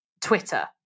Twitter